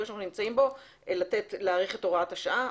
שאנחנו נמצאים בו יש להאריך את הוראת השעה.